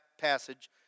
passage